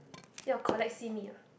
ya collect simi ah